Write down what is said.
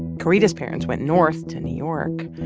karida's parents went north to new york.